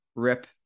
Rip